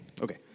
Okay